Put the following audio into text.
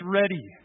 ready